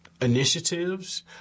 initiatives